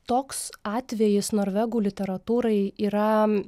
toks atvejis norvegų literatūrai yra